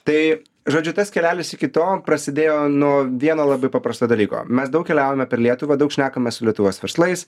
tai žodžiu tas kelelis iki to prasidėjo nuo vieno labai paprasto dalyko mes daug keliavome per lietuvą daug šnekame su lietuvos verslais